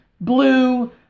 blue